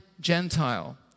Gentile